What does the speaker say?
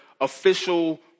official